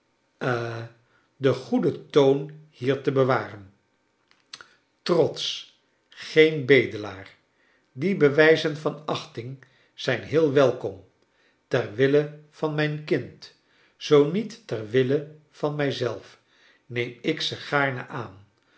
den goeden toon hier te bewaren trotsch geen bedelaar die bewijzen van achting zijn heel welkom ter wille vaxi mijn kind zoo niet ter wille van mij zelf neem ik ze gaarne aan